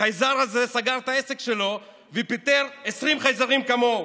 החייזר הזה סגר את העסק שלו ופיטר 20 חייזרים כמוהו.